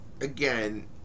again